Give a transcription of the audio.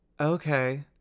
Okay